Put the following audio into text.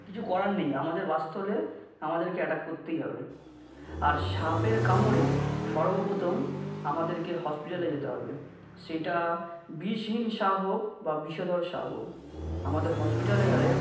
কিছু করার নেই আমাদের বাঁচতে হলে আমাদেরকে অ্যাটাক করতেই হবে আর সাপের কামড়ে সর্বপ্রথম আমাদেরকে হসপিটালে যেতে হবে সেইটা বিষহীন সাপ হোক বা বিষধর সাপ হোক আমাদের হসপিটালে গেলে